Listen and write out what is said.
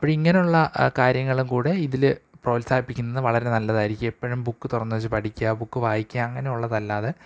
അപ്പോള് ഇങ്ങനെയുള്ള കാര്യങ്ങളുംകൂടെ ഇതില് പ്രോത്സാഹിപ്പിക്കുന്നത് വളരെ നല്ലതായിരിക്കും എപ്പോഴും ബുക്ക് തുറന്നുവച്ചു പഠിക്കുക ബുക്ക് വായിക്കുക അങ്ങനെയുള്ളതല്ലാതെ